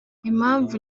impamvu